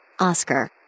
Oscar